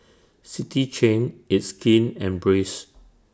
City Chain It's Skin and Breeze